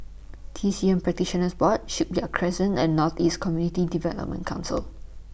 T C M Practitioners Board Shipyard Crescent and North East Community Development Council